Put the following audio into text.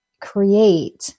create